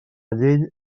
llei